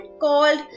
called